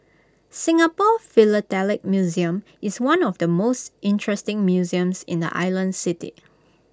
Singapore philatelic museum is one of the most interesting museums in the island city